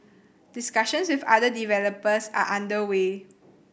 discussions with other developers are under way